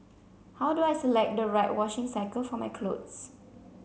how do I select the right washing cycle for my clothes